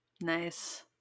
Nice